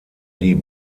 die